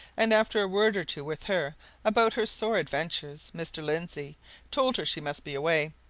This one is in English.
and after a word or two with her about her sore adventures, mr. lindsey told her she must be away,